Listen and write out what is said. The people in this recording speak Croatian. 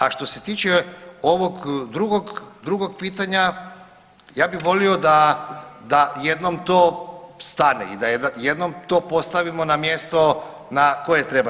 A što se tiče ovog drugog, drugog pitanja ja bih volio da, da jednom to stane i da jednom to postavimo na mjesto na koje treba.